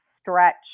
stretch